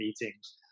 meetings